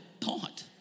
thought